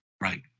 Right